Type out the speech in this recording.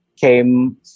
came